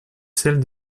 celle